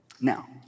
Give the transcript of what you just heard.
Now